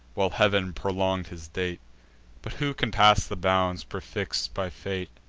while heav'n prolong'd his date but who can pass the bounds, prefix'd by fate?